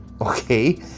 okay